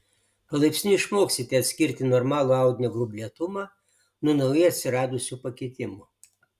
palaipsniui išmoksite atskirti normalų audinio gruoblėtumą nuo naujai atsiradusių pakitimų